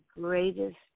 greatest